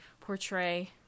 portray